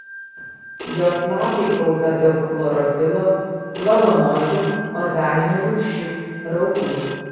jos lapai kaupia daug chlorofilo flavonoidų organinių rūgščių raugų